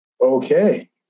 Okay